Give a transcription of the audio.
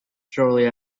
shortly